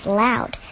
loud